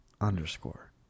underscore